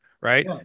right